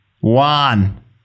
one